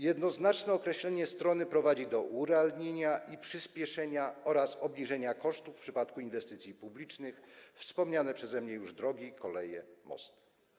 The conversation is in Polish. Jednoznaczne określenie strony prowadzi do urealnienia i przyspieszenia oraz obniżenia kosztów w przypadku inwestycji publicznych, chodzi o wspomniane przeze mnie już drogi, koleje i mosty.